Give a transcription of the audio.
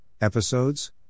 episodes